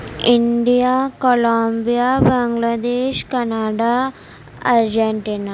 India Colombia Bangladesh Canada Argentina